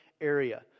area